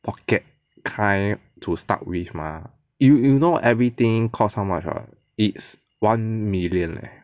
pocket kind to start with mah you you know everything costs how much or not it's one million leh